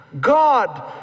God